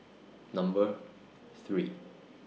Number three